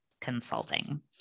Consulting